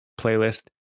playlist